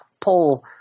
pull –